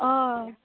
हय